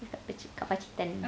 cakap kat pakcik